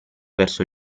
verso